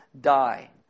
die